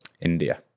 India